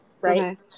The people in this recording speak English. Right